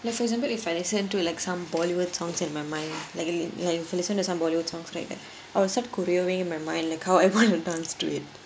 like for example if I listen to like some bollywood songs in my mind li~ like if I listen to some bollywood songs right I will start choreographing in my mind like how I want to dance to it